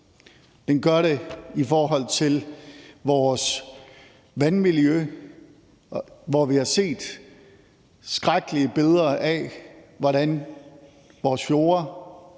Den gør det i forhold til vores vandmiljø, hvor vi har set skrækkelige billeder af, hvordan vores fjorde